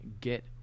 get